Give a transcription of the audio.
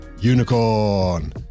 Unicorn